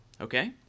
Okay